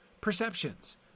perceptions